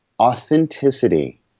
Authenticity